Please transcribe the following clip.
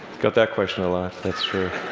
got that question a lot, that's true.